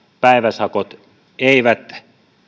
päiväsakot eivät